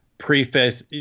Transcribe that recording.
preface